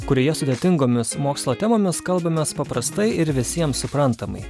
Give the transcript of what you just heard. kurioje sudėtingomis mokslo temomis kalbamės paprastai ir visiems suprantamai